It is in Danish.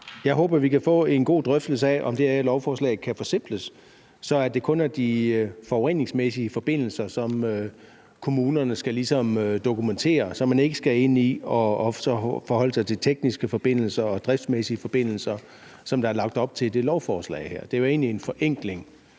Jeg håber, vi kan få en god drøftelse af, om det her lovforslag kan forsimples, så det kun er de forureningsmæssige forbindelser, som kommunerne ligesom skal dokumentere, og så man ikke skal ind i at forholde sig til tekniske forbindelser og driftsmæssige forbindelser, som der er lagt op til i det lovforslag her. Det er jo egentlig en forenkling.